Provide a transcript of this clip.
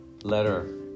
letter